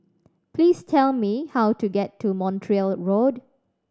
please tell me how to get to Montreal Road